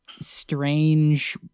strange